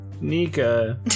Nika